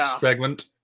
segment